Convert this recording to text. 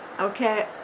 Okay